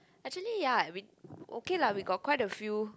actually ya what we okay lah we got quite a few